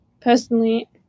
personally